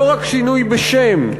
לא רק שינוי בשם,